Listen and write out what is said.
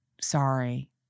Sorry